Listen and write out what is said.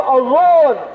alone